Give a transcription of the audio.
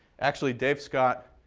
actually dave scott,